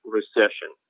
Recession